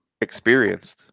experienced